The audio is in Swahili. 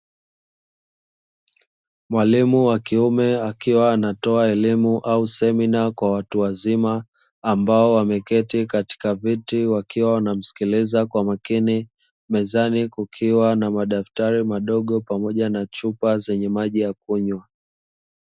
Mwalimu wa kiume akiwa anatoa elimu au semina kwa watu wazima ambao wameketi katika viti wakiwa wanamsikiliza kwa makini, mezani kukiwa na madaftari madogo pamoja na chupa zenye maji ya kunywa.